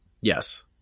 yes